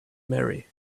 marry